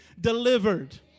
delivered